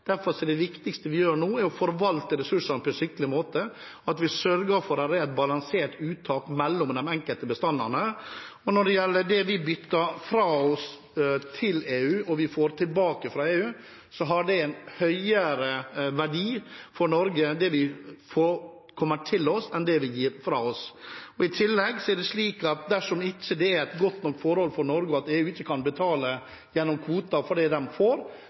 er det viktigste vi gjør nå, å forvalte ressursene på en skikkelig måte og sørge for at det er et balansert uttak mellom de enkelte bestandene. Når det gjelder det vi byttet fra oss til EU, og som vi får tilbake fra EU, har det som kommer til Norge, en høyere verdi for oss enn det vi gir fra oss. I tillegg er det slik at dersom dette ikke er godt nok for Norge, og EU ikke kan betale gjennom kvoter for det de får,